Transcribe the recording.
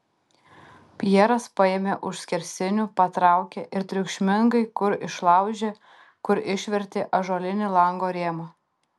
pjeras paėmė už skersinių patraukė ir triukšmingai kur išlaužė kur išvertė ąžuolinį lango rėmą